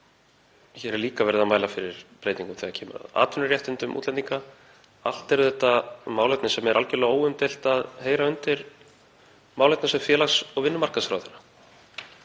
Hér er líka verið að mæla fyrir breytingum þegar kemur að atvinnuréttindum útlendinga. Allt eru þetta málefni sem er algerlega óumdeilt að heyra undir málefnasvið félags- og vinnumarkaðsráðherra.